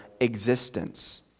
existence